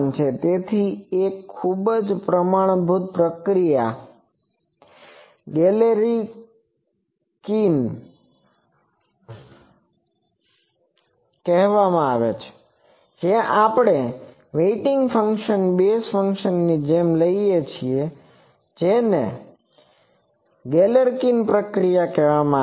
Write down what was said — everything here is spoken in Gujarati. તેથી એક ખૂબ જ પ્રમાણભૂત પ્રક્રિયાને ગેલેરકીન પ્રક્રિયા કહેવામાં આવે છે જ્યાં આપણે વેઇટિંગ ફંક્શનને બેઝ ફંક્શનની જેમ જ લઈએ છીએ જેને ગેલેરકીન પ્રક્રિયા કહેવામાં આવે છે